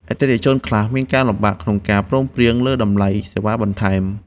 អតិថិជនខ្លះមានការលំបាកក្នុងការព្រមព្រៀងលើតម្លៃសេវាបន្ថែម។